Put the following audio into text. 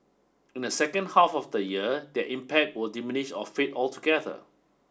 in the second half of the year their impact will diminish or fade altogether